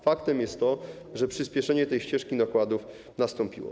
Faktem jest to, że przyspieszenie ścieżki nakładów nastąpiło.